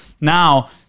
Now